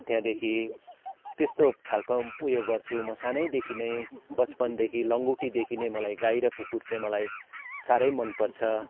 त्यहाँदेखि त्यस्तो खालको उयो गर्छु म सानैदेखि नै बचपनदेखि लङ्गोटीदेखि नै मलाई गाई र कुकुर चाहिँ मलाई साह्रै मन पर्छ